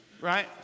Right